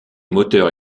moteurs